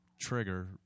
trigger